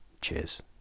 Cheers